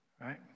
right